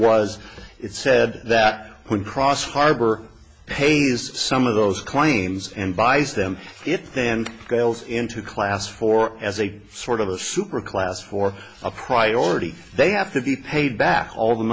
was it said that when cross harbor pays some of those claims and buys them it then girls into class for as a sort of a superclass for a priority they have to be paid back all the